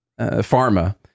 Pharma